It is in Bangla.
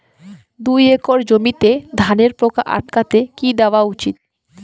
দুই একর জমিতে ধানের পোকা আটকাতে কি দেওয়া উচিৎ?